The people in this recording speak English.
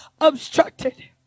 obstructed